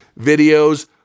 videos